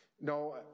No